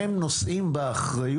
בעיניי, אלו שלושת המשרדים שנושאים באחריות